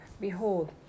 Behold